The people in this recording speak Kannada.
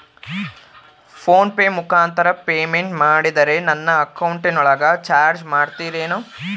ಫೋನ್ ಪೆ ಮುಖಾಂತರ ಪೇಮೆಂಟ್ ಮಾಡಿದರೆ ನನ್ನ ಅಕೌಂಟಿನೊಳಗ ಚಾರ್ಜ್ ಮಾಡ್ತಿರೇನು?